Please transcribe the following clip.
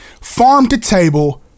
farm-to-table